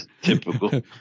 Typical